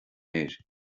fhir